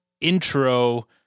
intro